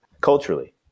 culturally